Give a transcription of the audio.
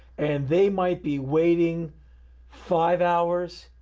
and they might be waiting five hours,